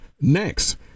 Next